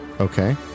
Okay